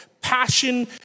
passion